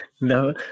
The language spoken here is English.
No